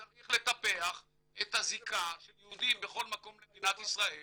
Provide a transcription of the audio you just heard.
צריך לטפח את הזיקה של יהודי בכל מקום למדינת ישראל